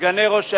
סגני ראש העיר,